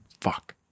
fuck